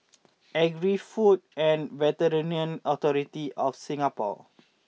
Agri Food and Veterinary Authority of Singapore